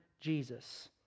Jesus